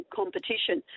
competition